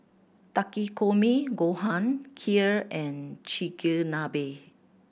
Takikomi Gohan Kheer and Chigenabe